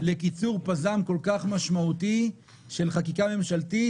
לקיצור פז"ם כל כך משמעותי של חקיקה ממשלתית.